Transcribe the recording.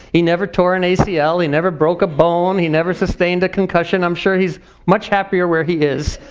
he never tore an acl, he never broke a bone, he never sustained a concussion. i'm sure he's much happier where he is.